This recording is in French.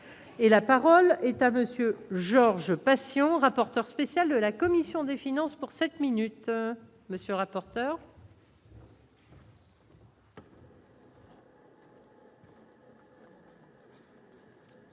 Et la parole est à monsieur Georges Patient, rapporteur spécial de la commission des finances pour 5 minutes